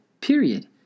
period